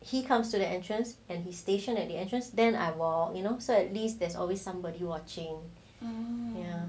he comes to the entrance and he stationed at the entrance then I lo~ you know so at least there's always somebody watching ya